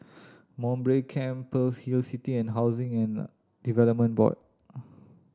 Mowbray Camp Pearl's Hill City and Housing and Development Board